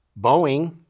Boeing